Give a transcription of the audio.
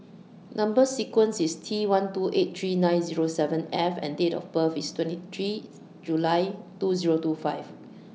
Number sequence IS T one two eight three nine Zero seven F and Date of birth IS twenty three July two Zero two five